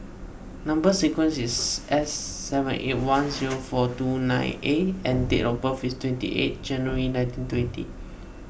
Number Sequence is S seven eight one zero four two nine A and date of birth is twenty eight January nineteen twenty